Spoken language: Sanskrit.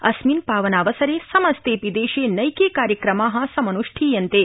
अस्मिन्पावनावसरे समस्तेऽपि देशे नैके कार्यक्रमा समन्ष्ठीयन्ते